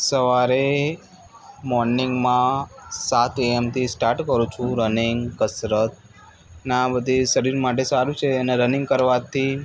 સવારે મૉર્નિંગમાં સાત એએમથી સ્ટાર્ટ કરું છું રનીંગ કસરતના બધી શરીર માટે સારું છે અને રનીંગ કરવાથી